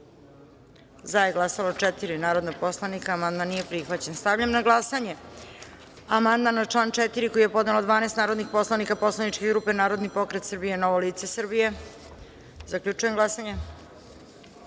za – četiri narodna poslanika. Amandman nije prihvaćen. Stavljam na glasanje amandman na član 12. koji je podnelo 12 narodnih poslanika poslaničke grupe Narodni pokret Srbije i Novo lice Srbije. Zaključujem glasanje: